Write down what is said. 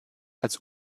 als